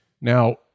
Now